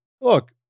Look